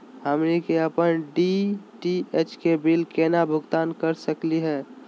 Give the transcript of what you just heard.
हमनी के अपन डी.टी.एच के बिल केना भुगतान कर सकली हे?